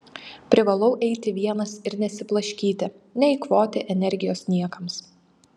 privalau eiti vienas ir nesiblaškyti neeikvoti energijos niekams